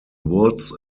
woods